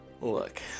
look